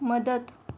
मदत